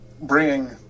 bringing